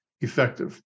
effective